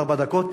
ארבע דקות,